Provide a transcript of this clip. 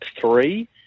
three